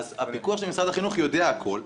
הפיקוח של משרד החינוך יודע את הכל,